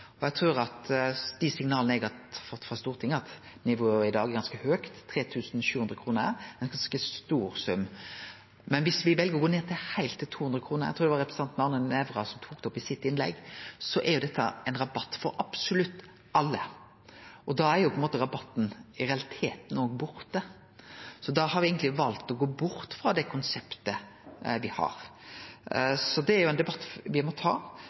Eg trur at dei signala eg har fått frå Stortinget, er at nivået i dag er ganske høgt. 3 700 kr er ein ganske stor sum. Men viss me vel å gå heilt ned til 200 kr – eg trur det var representanten Arne Nævra som tok det opp i innlegget sitt – er det ein rabatt for absolutt alle. Da er på ein måte rabatten i realiteten borte. Da har me eigentleg valt å gå bort frå det konseptet me har. Så det er ein debatt me må ta.